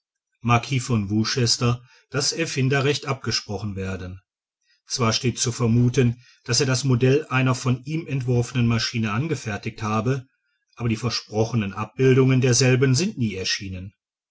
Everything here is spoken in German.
marquis von worchester das erfinderrecht abgesprochen werden zwar steht zu vermuthen daß er das modell einer von ihm entworfenen maschine angefertigt habe aber die versprochenen abbildungen derselben sind nie erschienen